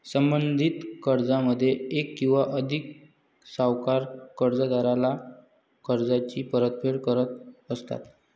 संबंधित कर्जामध्ये एक किंवा अधिक सावकार कर्जदाराला कर्जाची परतफेड करत असतात